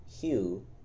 Hugh